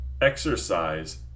Exercise